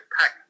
pack